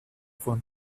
von